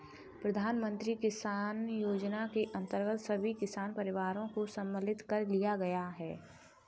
प्रधानमंत्री किसान योजना के अंतर्गत सभी किसान परिवारों को सम्मिलित कर लिया गया है